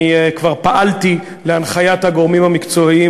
אני כבר פעלתי להנחיית הגורמים המקצועיים